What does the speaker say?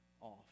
off